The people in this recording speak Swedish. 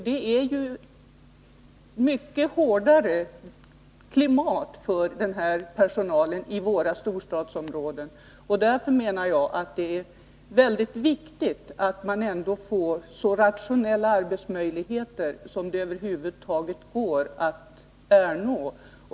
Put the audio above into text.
Det är ett mycket hårdare klimat för den här personalen i våra storstadsområden. Därför är det, menar jag, viktigt att man får så goda arbetsmöjligheter som över huvud taget kan åstadkommas.